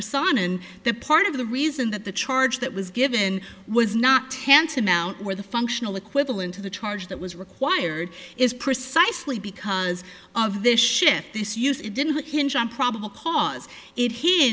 resign and that part of the reason that the charge that was given was not tantamount where the functional equivalent to the charge that was required is precisely because of this shift this usage didn't hinge on probable cause it he